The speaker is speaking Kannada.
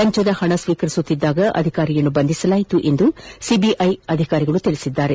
ಲಂಚದ ಹಣ ಸ್ವೀಕರಿಸುತ್ತಿದ್ದಾಗ ಅಧಿಕಾರಿಯನ್ನು ಬಂಧಿಸಲಾಯಿತು ಎಂದು ಸಿಬಿಐ ಅಧಿಕಾರಿಗಳು ತಿಳಿಸಿದ್ದಾರೆ